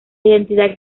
identidad